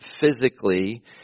physically